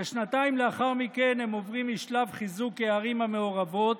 כשנתיים לאחר מכן הם עברו משלב חיזוק הערים המעורבות,